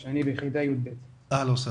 אף אחד לא שאל אותנו